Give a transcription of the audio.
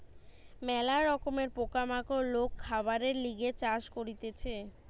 ম্যালা রকমের পোকা মাকড় লোক খাবারের লিগে চাষ করতিছে